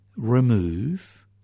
Remove